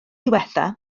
diwethaf